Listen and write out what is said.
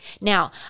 Now